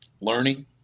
learning